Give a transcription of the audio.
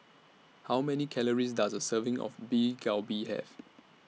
How Many Calories Does A Serving of Beef Galbi Have